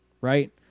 right